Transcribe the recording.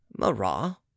marat